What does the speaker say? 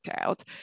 out